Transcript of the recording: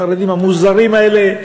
החרדים המוזרים האלה,